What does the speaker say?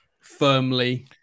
firmly